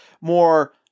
more